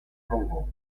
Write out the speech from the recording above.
congo